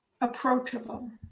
approachable